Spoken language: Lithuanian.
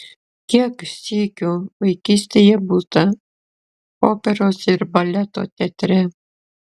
kiek sykių vaikystėje būta operos ir baleto teatre